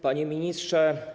Panie Ministrze!